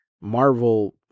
Marvel